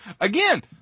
Again